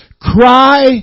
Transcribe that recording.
cry